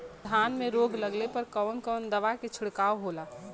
धान में रोग लगले पर कवन कवन दवा के छिड़काव होला?